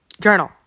journal